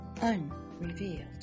unrevealed